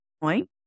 point